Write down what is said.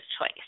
choice